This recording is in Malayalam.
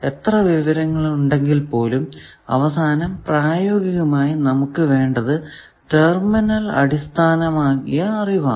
എത്ര വിവരങ്ങൾ ഉണ്ടെങ്കിൽ പോലും അവസാനം പ്രായോഗികമായി നമുക്ക് വേണ്ടത് ടെർമിനൽ അടിസ്ഥാനമായ അറിവാണ്